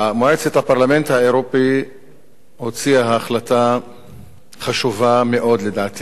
מועצת הפרלמנט האירופי הוציאה החלטה חשובה מאוד לדעתי,